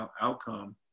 outcome